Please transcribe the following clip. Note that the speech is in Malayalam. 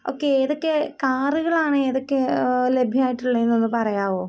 ഓക്കേ ഏതൊക്കെ കാറുകളാണ് ഏതൊക്കെ ലഭ്യമായിട്ടുള്ളത് എന്നൊന്ന് പറയാമോ